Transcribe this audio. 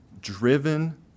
driven